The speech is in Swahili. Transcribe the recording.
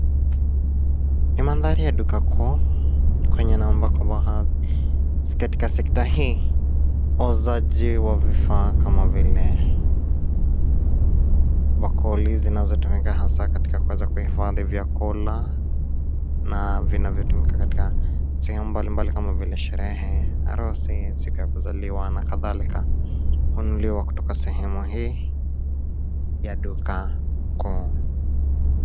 Ni mandhari ya duka kuu, kwengine baadhi ambako baadhi, katika sekta hii, wazuaji wa vifaa kama vile, bakuli zinazotumika hasaa katika kuweza kuhifadhi vyakula, na vinavyotumika katika, sehemu mbali mbali kama vile sherehe, harusi, siku ya kuzaliwa na kadhalika, hununuliwa kutoka sehemu hii, ya duka, kuu.